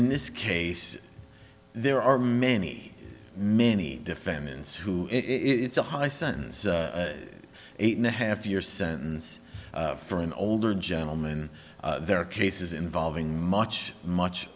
in this case there are many many defendants who it's a high sentence eight and a half year sentence for an older gentleman there are cases involving much much